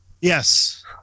Yes